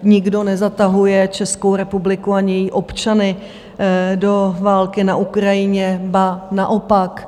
Nikdo nezatahuje Českou republiku ani její občany do války na Ukrajině, ba naopak.